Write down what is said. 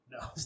No